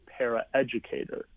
paraeducator